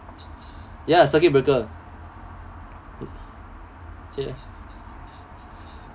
ya circuit breaker ya